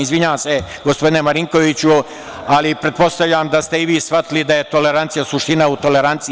Izvinjavam se, gospodine Marinkoviću, ali pretpostavljam da ste i vi shvatili da je suština u toleranciji.